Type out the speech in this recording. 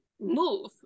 move